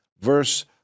verse